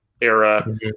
era